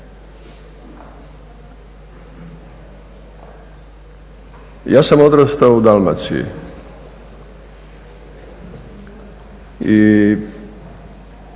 Ja sam odrastao u Dalmaciji i